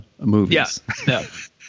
movies